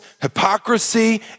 hypocrisy